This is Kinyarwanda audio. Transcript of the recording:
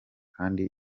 kandi